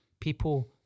people